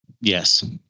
Yes